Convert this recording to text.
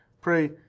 pray